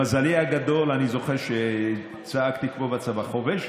למזלי הגדול אני זוכר שצעקתי כמו בצבא: חובש,